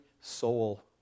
soul